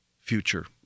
future